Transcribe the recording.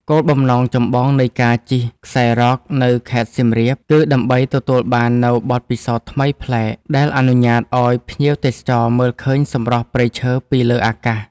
គោលបំណងចម្បងនៃការជិះខ្សែរ៉កនៅខេត្តសៀមរាប គឺដើម្បីទទួលបាននូវបទពិសោធន៍ថ្មីប្លែក ដែលអនុញ្ញាតឱ្យភ្ញៀវទេសចរមើលឃើញសម្រស់ព្រៃឈើពីលើអាកាស។